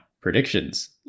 predictions